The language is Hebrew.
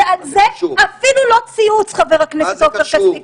ועל זה אפילו לא ציוץ, חבר הכנסת עופר כסיף.